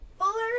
Fuller